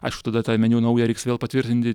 aišku tada tą meniu naują reiks vėl patvirtinti